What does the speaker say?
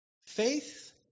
Faith